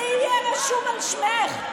זה יהיה רשום על שמך.